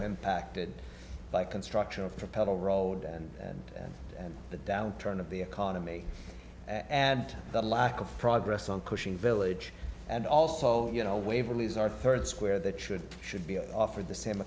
impacted by construction of pedal road and the downturn of the economy and the lack of progress on cushing village and also you know waverly is our third square that should should be offered the same